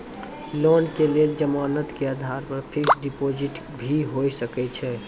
Loan के लेल जमानत के आधार पर फिक्स्ड डिपोजिट भी होय सके छै?